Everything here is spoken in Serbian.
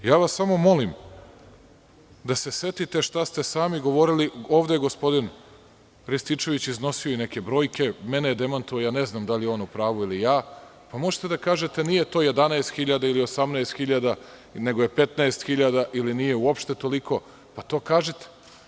Samo vas molim da se setite šta ste govorili ovde gospodinu, Ristićević je iznosio i neke brojke, mene je demantovao, ja ne znam da li je on u pravu ili ja, možete da kažete – nije to 11.000 ili 18.000 nego je 15.000 ili nije uopšte toliko, pa to kažite.